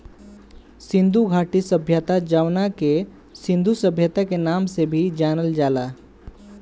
सिंधु घाटी सभ्यता जवना के सिंधु सभ्यता के नाम से भी जानल जाला